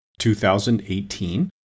2018